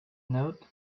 note